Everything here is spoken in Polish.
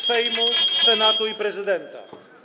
Sejmu, Senatu i prezydenta.